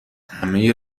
همهی